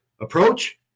approach